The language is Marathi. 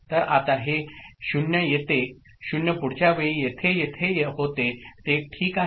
तर आता हे 0 येते 0 पुढच्या वेळी येथे येथे होते ते ठीक आहे